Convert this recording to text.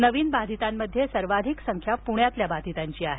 नवीन बाधितांमध्ये सर्वाधिक संख्या प्ण्यातल्या बाधितांची आहे